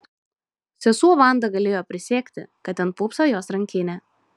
sesuo vanda galėjo prisiekti kad ten pūpso jos rankinė